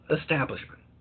establishment